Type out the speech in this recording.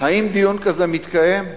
האם דיון כזה מתקיים?